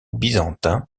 byzantins